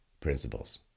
principles